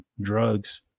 drugs